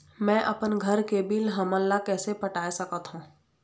मैं अपन घर के बिल हमन ला कैसे पटाए सकत हो?